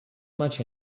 much